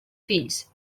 fills